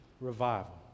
revival